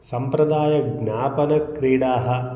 सम्प्रदायज्ञापनक्रीडाः